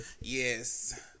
Yes